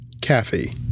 Kathy